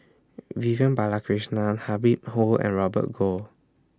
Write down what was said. Vivian Balakrishnan Habib horn and Robert Goh